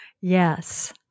Yes